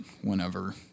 whenever